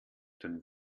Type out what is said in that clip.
den